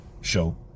show